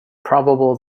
probable